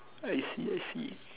I see I see